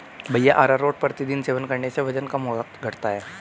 भैया अरारोट प्रतिदिन सेवन करने से वजन घटता है